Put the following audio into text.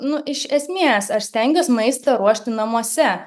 nu iš esmės aš stengiuos maistą ruošti namuose